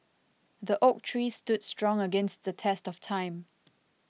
the oak tree stood strong against the test of time